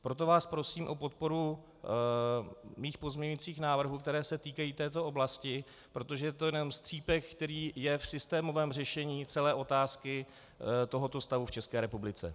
Proto vás prosím o podporu mých pozměňujících návrhů, které se týkají této oblasti, protože to je jenom střípek, který je v systémovém řešení celé otázky tohoto stavu v České republice.